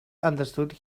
understood